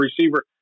receiver